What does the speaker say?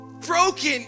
broken